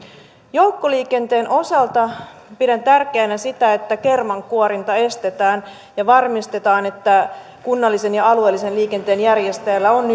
joukkoliikenteen osalta pidän tärkeänä sitä että kermankuorinta estetään ja varmistetaan että kunnallisen ja alueellisen liikenteen järjestäjällä on